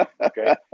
Okay